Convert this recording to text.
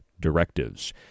directives